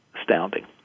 astounding